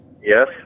Yes